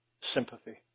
sympathy